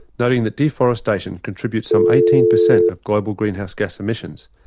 noting that deforestation contributes some eighteen percent of global greenhouse gas emissions,